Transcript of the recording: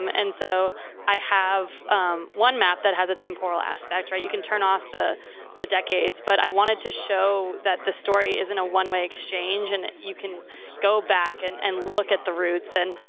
um and so i have one map that has a temporal aspect, right? you can turn off the the decades, but i wanted to show that the story isn't a one way exchange and you can go back and and look at the roots. and,